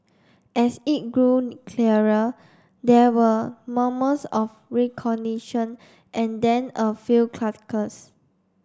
as it grew clearer there were murmurs of recognition and then a few chuckles